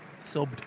subbed